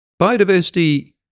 Biodiversity